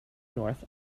north